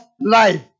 life